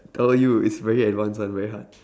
tell you it's very advanced one very hard